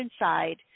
inside